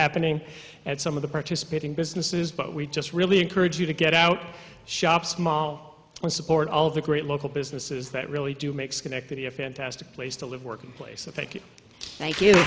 happening at some of the participating businesses but we just really encourage you to get out shop small and support all of the great local businesses that really do makes connected a fantastic place to live work in place of thank you